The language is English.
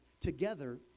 together